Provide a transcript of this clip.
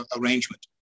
arrangement